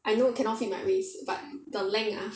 I know cannot fit my waist but the length ah